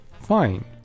fine